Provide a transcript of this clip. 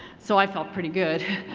so i felt pretty good.